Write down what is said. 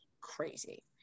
crazy